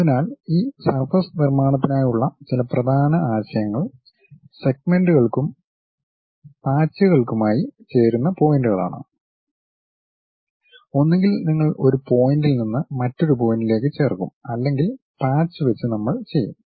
അതിനാൽ ഈ സർഫസ് നിർമ്മാണത്തിനായുള്ള ചില പ്രധാന ആശയങ്ങൾ സെഗ്മെന്റുകൾക്കും പാച്ചുകൾക്കുമായി ചേരുന്ന പോയിന്റുകളാണ് ഒന്നുകിൽ നിങ്ങൾ ഒരു പോയിന്റിൽ നിന്ന് മറ്റൊരു പോയിന്റിലേക്ക് ചേർക്കും അല്ലെങ്കിൽ പാച്ച് വെച്ച് നമ്മൾ ചെയ്യും